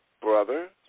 brother